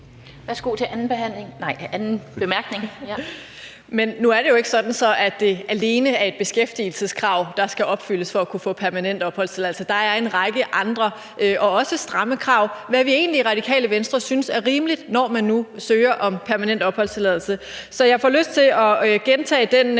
15:17 Samira Nawa (RV): Men nu er det jo ikke sådan, at det alene er et beskæftigelseskrav, der skal opfyldes for at kunne få permanent opholdstilladelse. Der er en række andre og også stramme krav, hvad vi egentlig i Radikale Venstre synes er rimeligt, når man nu søger om permanent opholdstilladelse. Så jeg får lyst til at gentage den